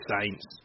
Saints